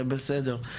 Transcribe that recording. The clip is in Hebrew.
זה בסדר,